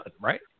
right